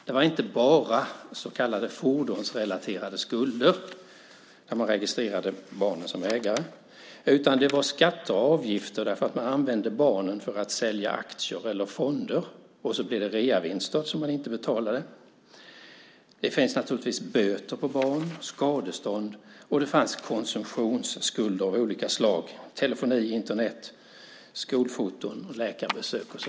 Det är inte bara så kallade fordonsrelaterade skulder där man registrerar barnen som ägare till fordon, utan det handlar också om skatter och avgifter för att man använder barnen för att sälja aktier eller fonder utan att betala reavinsten. Det finns böter som drabbar barn, och det finns skadestånd och konsumtionsskulder av olika slag, till exempel telefoni, Internet, skolfoto och läkarbesök.